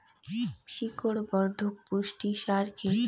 শিকড় বর্ধক পুষ্টি সার কি?